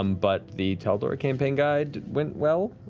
um but the tal'dorei campaign guide went well,